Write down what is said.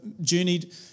journeyed